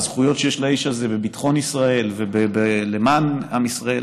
והזכויות שיש לאיש הזה בביטחון ישראל ולמען עם ישראל